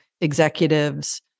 executives